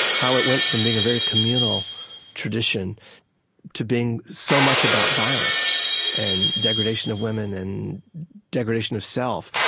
how it went from being a very communal tradition to being so much about violence and degradation of women and degradation of self.